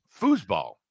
Foosball